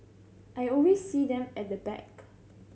I always see them at the back